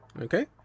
Okay